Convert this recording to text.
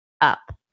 up